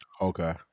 Okay